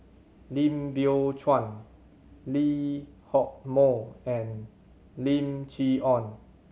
Lim Biow Chuan Lee Hock Moh and Lim Chee Onn